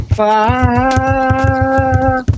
five